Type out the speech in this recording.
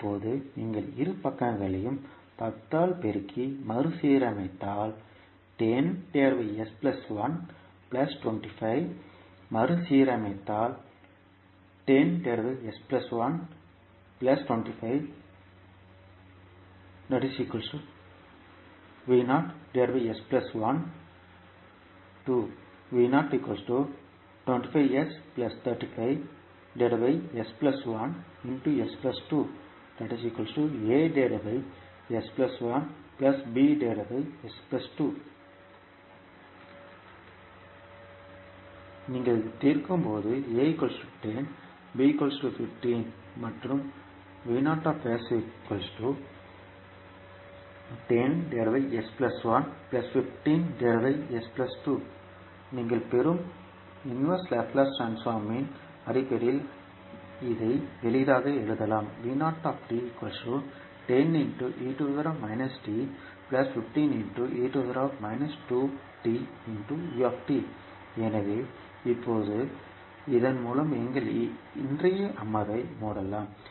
இப்போது நீங்கள் இரு பக்கங்களையும் 10 ஆல் பெருக்கி மறுசீரமைத்தால் நீங்கள் தீர்க்கும்போது A 10 B 15 மற்றும் நீங்கள் பெறும் தலைகீழ் லாப்லேஸ் ட்ரான்ஸ்போர்ம்யின் அடிப்படையில் இதை எளிதாக எழுதலாம் எனவே இப்போது இதன் மூலம் எங்கள் இன்றைய அமர்வை மூடலாம்